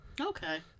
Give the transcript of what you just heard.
okay